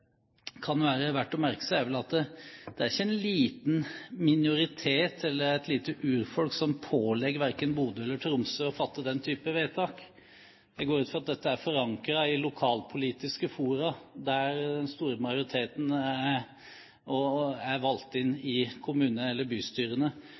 kan være verdt å merke seg, er at det ikke er en liten minoritet eller et lite utfolk som pålegger Bodø eller Tromsø å fatte den type vedtak. Jeg går ut fra at dette er forankret i lokalpolitiske fora, der den store majoriteten er valgt inn